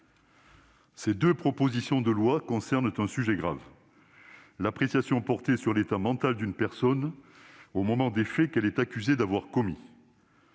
Ces deux propositions de loi concernent un sujet grave : l'appréciation portée sur l'état mental d'une personne au moment des faits qu'elle est accusée d'avoir commis.